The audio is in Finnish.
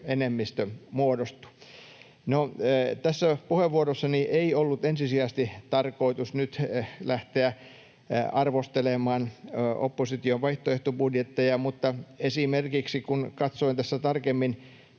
enemmistö muodostuu. No, tässä puheenvuorossani ei ollut ensisijaisesti tarkoitus nyt lähteä arvostelemaan opposition vaihtoehtobudjetteja, mutta kun katsoin tässä tarkemmin